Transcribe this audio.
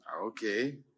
Okay